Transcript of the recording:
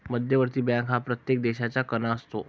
मध्यवर्ती बँक हा प्रत्येक देशाचा कणा असतो